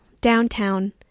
downtown